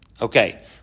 Okay